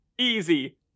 Easy